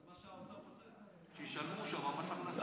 זה מה שהאוצר רוצה, שישלמו שם מס הכנסה.